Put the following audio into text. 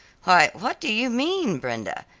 why, what do you mean, brenda?